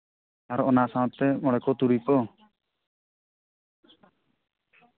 ᱟᱨᱚ ᱚᱱᱟ ᱥᱟᱶᱛᱮ ᱢᱚᱬᱮ ᱠᱚ ᱛᱩᱨᱩᱭ ᱠᱚ